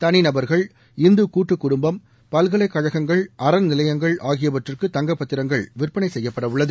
தனி நபர்கள் இந்து கூட்டு குடும்பம் பல்கலைக்கழகங்கள் அறநிலையங்கள் ஆகியவற்றுக்கு தங்கப்பத்திரங்கள் விற்பனை செய்யப்படவுள்ளது